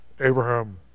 Abraham